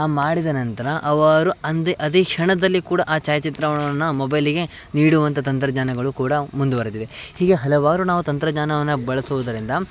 ಆ ಮಾಡಿದ ನಂತರ ಅವರು ಅಂದೇ ಅದೇ ಕ್ಷಣದಲ್ಲಿ ಕೂಡ ಆ ಛಾಯಾಚಿತ್ರಣವನ್ನ ಮೊಬೈಲಿಗೆ ನೀಡುವಂಥ ತಂತ್ರಜ್ಞಾನಗಳೂ ಕೂಡ ಮುಂದುವರೆದಿದೆ ಹೀಗೆ ಹಲವಾರು ನಾವು ತಂತ್ರಜ್ಞಾನವನ್ನು ಬಳಸೋದರಿಂದ